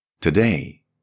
Today